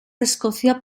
escocia